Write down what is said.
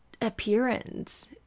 appearance